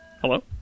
Hello